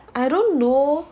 I don't know